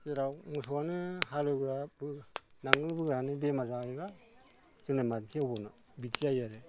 जेराव मोसौआनो हालएवब्लाबो नांगोल बोग्रायानो बेमार जाबायब्ला जोंलाय माजोंथो एवबावनो बिदि जायो आरो